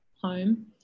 home